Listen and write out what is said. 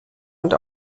und